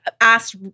asked